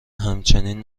همچین